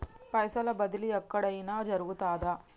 పైసల బదిలీ ఎక్కడయిన జరుగుతదా?